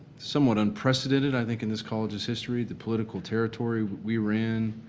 somewhat unprecedented i think in this college's history. the political territory we were in,